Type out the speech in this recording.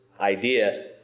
idea